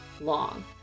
long